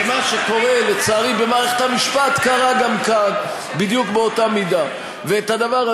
אני פשוט שואלת אם בדקת בפייסבוק או בטוויטר,